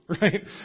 Right